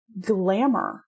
glamour